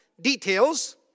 details